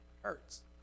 hurts